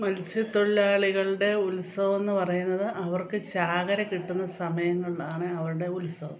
മത്സ്യത്തൊഴിലാളികളുടെ ഉത്സവമെന്നു പറയുന്നത് അവർക്ക് ചാകര കിട്ടുന്ന സമയങ്ങളിലാണ് അവരുടെ ഉത്സവം